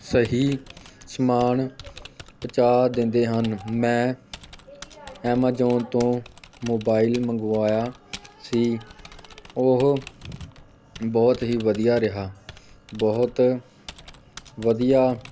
ਸਹੀ ਸਮਾਨ ਪਹੁੰਚਾ ਦਿੰਦੇ ਹਨ ਮੈਂ ਐਮਾਜ਼ੋਨ ਤੋਂ ਮੋਬਾਇਲ ਮੰਗਵਾਇਆ ਸੀ ਉਹ ਬਹੁਤ ਹੀ ਵਧੀਆ ਰਿਹਾ ਬਹੁਤ ਵਧੀਆ